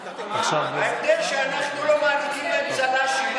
ההבדל הוא שאנחנו לא מעניקים להם צל"שים,